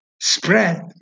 Spread